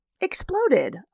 exploded